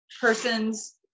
person's